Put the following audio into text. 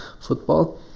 football